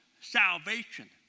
salvation